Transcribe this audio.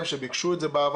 הם ביקשו את זה בעבר,